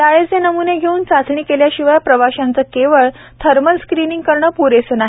लाळेचे नम्ने घेऊन चाचणी केल्याशिवाय प्रवाशांचं केवळ थर्मल स्कॅनिंग करणं प्रेसं नाही